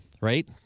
right